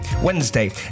Wednesday